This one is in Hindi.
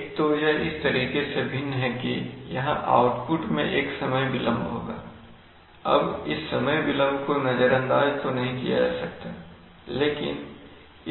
एक तो यह इस तरीके से भिन्न है कि यहां आउटपुट में एक समय विलंब होगा अब इस समय विलंब को नज़रअंदाज़ तो नहीं किया जा सकता लेकिन